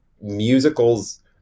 musicals